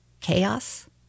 Chaos